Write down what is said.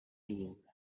lliure